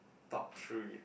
top three